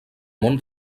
món